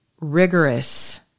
rigorous